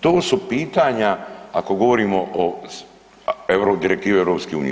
To su pitanja ako govorimo o direktivi EU.